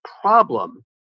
problem